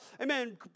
amen